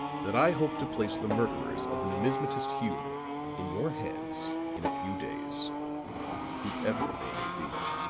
that i hope to place the murderers of the numismatist hume in your hands in a few days whoever they may be.